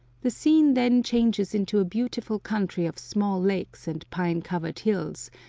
the scene then changes into a beautiful country of small lakes and pine-covered hills,